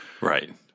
Right